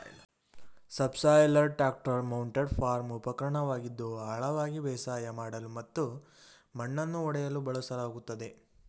subsoiler tractor mounted farm ಉಪಕರಣವಾಗಿದ್ದು ಆಳವಾಗಿ ಬೇಸಾಯ ಮಾಡಲು ಮತ್ತು ಮಣ್ಣನ್ನು ಒಡೆಯಲು ಬಳಸಲಾಗ್ತದೆ